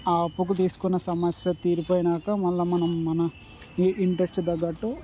ఆ అప్పుకు తీసుకున్న సమస్య తీరిపోయాక మళ్ళీ మనం మన ఇ ఇంట్రెస్ట్ తగ్గట్టు